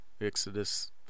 Exodus